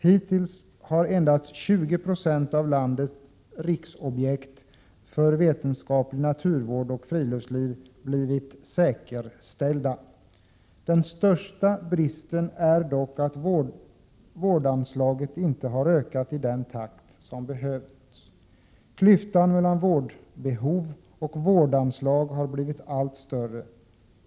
Hittills har endast 20 90 av landets riksobjekt för vetenskaplig naturvård och friluftsliv blivit säkerställda. Den största bristen är dock att vårdanslaget inte har ökat i den takt som behövs. Klyftan mellan vårdbehov och vårdanslag har blivit allt större.